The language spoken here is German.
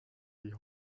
die